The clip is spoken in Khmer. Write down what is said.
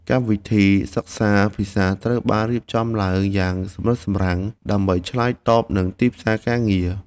កម្មវិធីសិក្សាភាសាត្រូវបានរៀបចំឡើងយ៉ាងសម្រិតសម្រាំងដើម្បីឆ្លើយតបនឹងទីផ្សារការងារ។